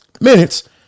minutes